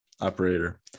operator